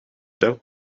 doe